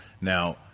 now